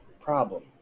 problem